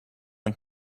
and